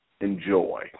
Enjoy